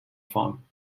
farm